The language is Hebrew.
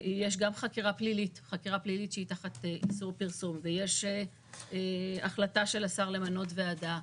שיש גם חקירה פלילית שהיא תחת איסור פרסום ויש החלטה של השר למנות ועדה.